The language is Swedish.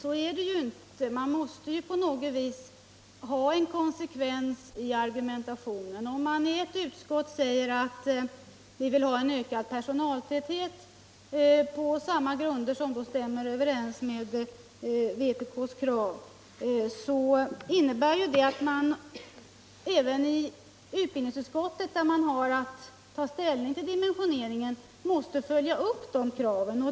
Herr talman! Det måste ju finnas någon konsekvens i argumentationen. Om man i ett utskott säger att man vill ha en ökad personaltäthet — på grunder som stämmer överens med vpk:s krav — så innebär ju det att man måste följa upp det kravet i utbildningsutskottet, som har att ta ställning till dimensioneringen av utbildningen.